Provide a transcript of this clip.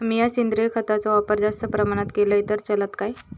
मीया सेंद्रिय खताचो वापर जास्त प्रमाणात केलय तर चलात काय?